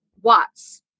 Watts